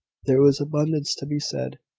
there was abundance to be said,